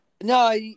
No